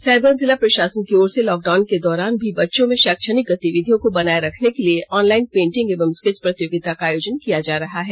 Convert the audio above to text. साहिबगंज जिला प्रशासन की ओर से लॉकडाउन के दौरान भी बच्चों में शैक्षणिक गतिविधियों को बनाए रखने के लिए ऑनलाइन पेंटिंग एवं स्केच प्रतियोगिता का आयोजन किया जा रहा है